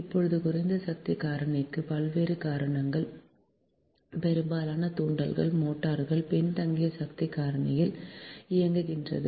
இப்போது குறைந்த சக்தி காரணிக்கு பல்வேறு காரணங்கள் பெரும்பாலான தூண்டல் மோட்டார்கள் பின்தங்கிய சக்தி காரணியில் இயங்குகின்றன